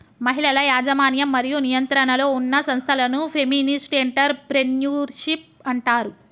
మహిళల యాజమాన్యం మరియు నియంత్రణలో ఉన్న సంస్థలను ఫెమినిస్ట్ ఎంటర్ ప్రెన్యూర్షిప్ అంటారు